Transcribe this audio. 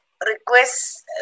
request